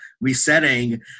resetting